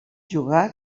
jugà